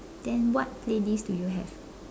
then what playlist do you have